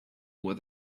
with